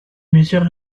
mesures